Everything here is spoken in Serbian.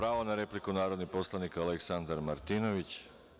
Pravo na repliku, narodni poslanik Aleksandar Martinović.